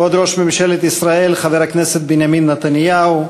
כבוד ראש ממשלת ישראל חבר הכנסת בנימין נתניהו,